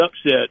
upset